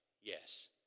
yes